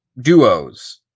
duos